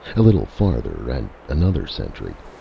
a little farther, and another sentry.